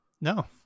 No